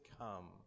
come